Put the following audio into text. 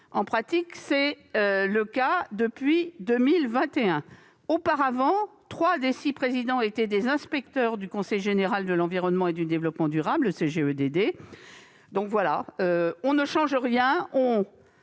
en pratique, depuis 2021. Auparavant, trois des six présidents étaient des inspecteurs du Conseil général de l'environnement et du développement durable (CGEDD). Nous ne changeons rien